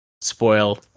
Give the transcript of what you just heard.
spoil